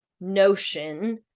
notion